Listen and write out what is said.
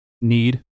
need